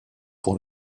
pour